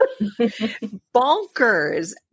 bonkers